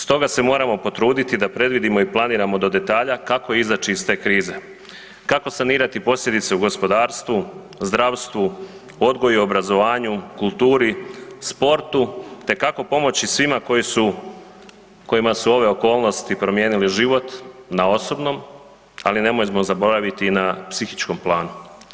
Stoga se moramo potruditi da predvidimo i planiramo do detalja kako izaći iz te krize, kako sanirate posljedice u gospodarstvu, zdravstvu, odgoju i obrazovanju, kulturi, sportu te kako pomoći svima koji su, kojima su ove okolnosti promijenile život na osobnom, ali nemojmo zaboraviti i na psihičkom planu.